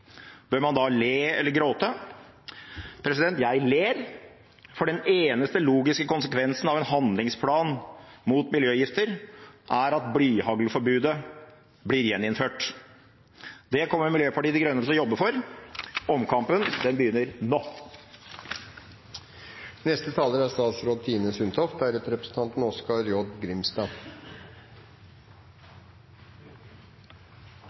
Bør man da le eller gråte? Jeg ler, for den eneste logiske konsekvensen av en handlingsplan mot miljøgifter er at blyhaglforbudet blir gjeninnført. Det kommer Miljøpartiet De Grønne til å jobbe for, omkampen begynner nå. Arbeidet med å redusere utslipp av miljøgifter er